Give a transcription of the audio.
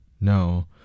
No